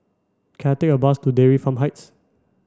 can I take a bus to Dairy Farm Heights